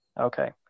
Okay